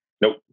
Nope